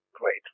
Great